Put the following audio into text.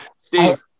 Steve